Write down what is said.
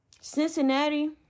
Cincinnati